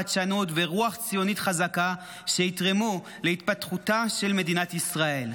חדשנות ורוח ציונית חדשה שיתרמו להתפתחותה של מדינת ישראל.